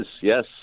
yes